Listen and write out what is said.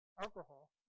alcohol